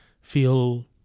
feel